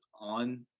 on